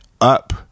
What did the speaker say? up